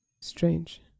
Strange